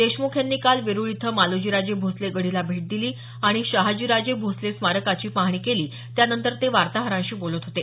देशमुख यांनी काल वेरुळ इथं मालोजी राजे भोसले गढीला भेट दिली आणि शहाजी राजे भोसले स्मारकाची पाहणी केली त्यानंतर ते वार्ताहरांशी बोलत होते